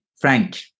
frank